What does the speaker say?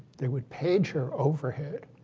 they would page her overhead